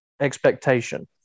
expectation